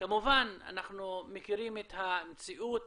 וכמובן אנחנו מכירים את המציאות